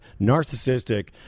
narcissistic